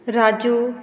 Raju